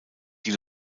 die